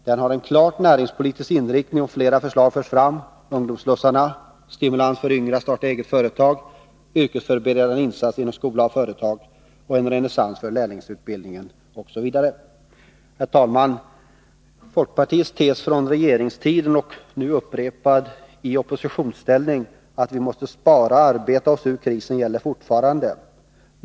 Den har en klart näringspolitisk inriktning, och flera förslag förs Herr talman! Folkpartiets tes från regeringstiden, nu upprepad i oppositionsställning, att vi måste spara och arbeta oss ur krisen gäller fortfarande.